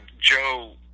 Joe